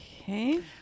Okay